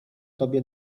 tobie